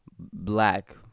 black